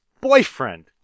boyfriend